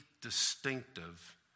distinctive